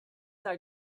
are